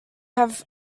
have